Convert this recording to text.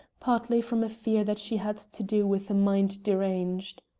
partly from a fear that she had to do with a mind deranged.